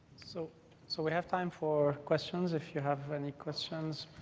so so we have time for questions, if you have any questions.